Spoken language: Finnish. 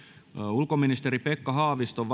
ulkoministeri pekka haaviston